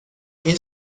این